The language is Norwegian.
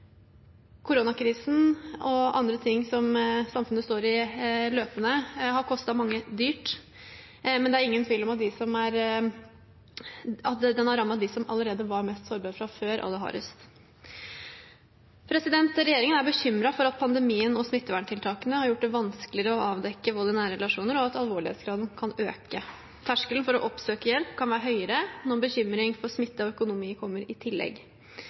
Koronakrisen, og andre ting som samfunnet står i løpende, har kostet mange dyrt, men det er ingen tvil om at den har rammet dem som allerede var mest sårbare fra før, aller hardest. Regjeringen er bekymret for at pandemien og smitteverntiltakene har gjort det vanskeligere å avdekke vold i nære relasjoner, og at alvorlighetsgraden kan øke. Terskelen for å oppsøke hjelp kan være høyere når bekymring for smitte og økonomi kommer i tillegg.